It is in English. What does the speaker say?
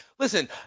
Listen